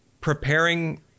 preparing